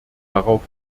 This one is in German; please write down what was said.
darauf